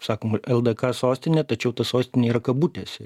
sakoma ldk sostinė tačiau ta sostinė yra kabutėse